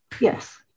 Yes